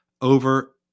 over